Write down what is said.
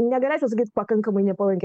negalėčiau sakyt pakankamai nepalanki